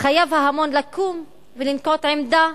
חייב ההמון לקום ולנקוט עמדה,